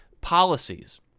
policies